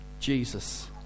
Jesus